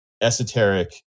esoteric